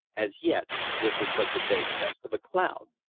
as yet this was but the vague dust of a cloud.